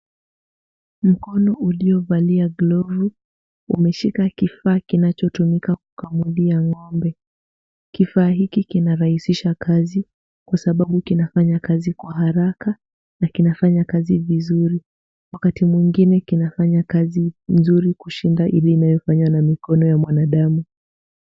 Mkono uliyovalia glovu umeshika kifaa kiachotumika kukamulia ng'ombe, kifaa hiki kinarahisisha kazi kwa sababu kinafanya kazi kwa haraka na kinafanya kazi vizuri ,wakati mwingine kinafanya kazi vizuri kushinda ile inayofanywa na mikono ya mwanadamu.